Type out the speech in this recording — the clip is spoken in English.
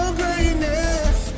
greatness